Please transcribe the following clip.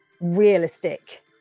realistic